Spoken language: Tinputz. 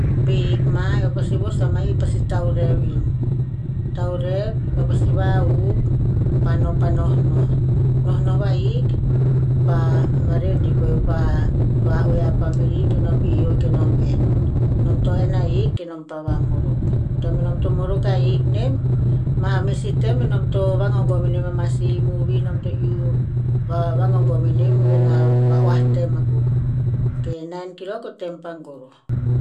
Beo hik ma eo pasi vos ama i pasi taurev in. Taurev eo pasi va'huv pa no pa nohnoh. Nohnoh vahik, keo pa va redi peo pa va'oeh a family kenom ioh kenom enn. Nom to enn ahik kenom pa vamorok. Tem enom to morok ahik nem, ma meh si tem enom to vagogom inem ama si movie nom to iuh vagagom inem ovena va oah tem akuk. Ok nine kilok o tem pa goroh.